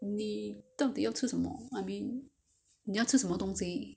你到底要吃什么 ah 你要吃什么东西